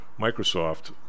Microsoft